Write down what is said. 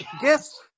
Guess